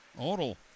Odell